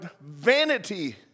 vanity